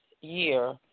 year